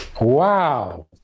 Wow